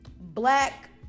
black